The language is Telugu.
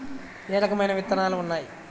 ఏ రకమైన విత్తనాలు ఉన్నాయి?